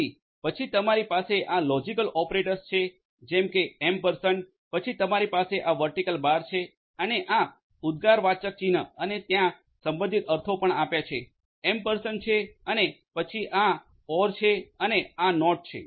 તેથી પછી તમારી પાસે આ લોજિકલ ઓપરેટર્સ છે જેમ કે ઍમ્પરસેન્ડ પછી તમારી પાસે આ વર્ટીકલ બાર છે અને આ ઉદગારવાચક ચિન્હ અને ત્યાં સંબંધિત અર્થો પણ આપ્યા છે ઍમ્પરસેન્ડ છે અને પછી આ ઓર છે અને આ નોટ છે